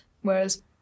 whereas